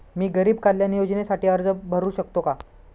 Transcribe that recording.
मी गरीब कल्याण योजनेसाठी अर्ज भरू शकतो का?